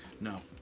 no,